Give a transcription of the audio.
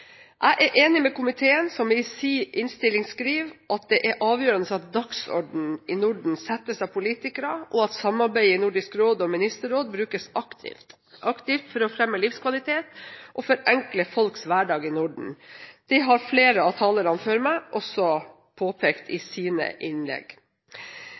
Jeg er enig med komiteen, som i sin innstilling skriver: «Det er avgjørende at dagsordenen settes av politikere og at samarbeidet i Nordisk råd og Nordisk ministerråd brukes aktivt for å fremme livskvalitet og forenkle folkes hverdag i Norden.» Det har flere av talerne før meg også påpekt